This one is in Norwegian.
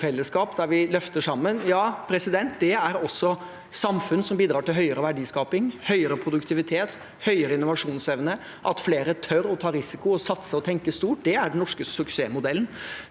der vi løfter sammen – ja, det er samfunn som bidrar til høyere verdiskaping, høyere produktivitet og høyere innovasjonsevne, og at flere tør å ta risiko, satse og tenke stort. Det er den norske suksessmodellen.